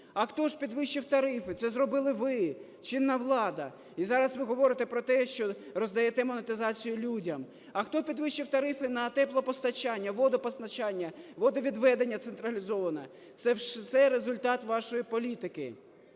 А хто ж підвищив тарифи? Це зробили ви, чинна влада. І зараз ви говорите про те, що роздаєте монетизацію людям. А хто підвищив тарифи на теплопостачання, водопостачання, водовідведення централізоване? Це все результат вашої політики.